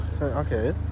Okay